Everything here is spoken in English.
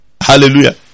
Hallelujah